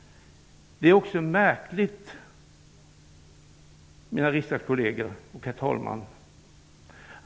2010 var lag.